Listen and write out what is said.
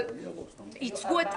אבל הם ייצגו את